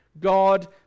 God